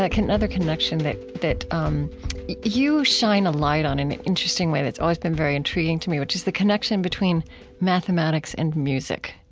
like another connection that that um you shine a light on an interesting way that's always been very intriguing to me, which is the connection between mathematics and music,